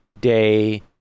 Day